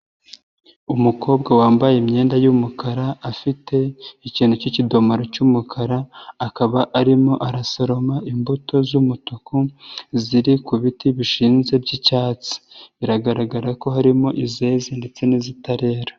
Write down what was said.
Umukobwa wambaye imyenda y'umukara afite ikintu k'ikikidomoro cy'umukara akaba arimo arasoroma imbuto z'umutuku, ziri ku biti bishinze by'icyatsi. Biragaragara ko harimo izeze ndetse n'izitarera.